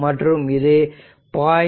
மற்றும் 0